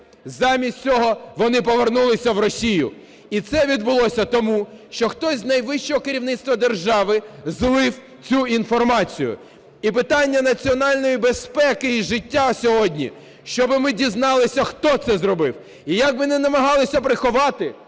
Замість цього вони повернулися в Росію. І це відбулося тому, що хтось з найвищого керівництва держави злив цю інформацію. І питання національної безпеки і життя сьогодні, щоб ми дізналися, хто це зробив. І як би ми не намагалися приховати